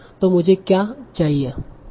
तों मुझे क्या चाहिए